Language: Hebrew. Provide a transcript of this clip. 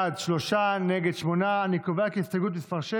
של חברי הכנסת אורי מקלב,